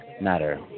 matter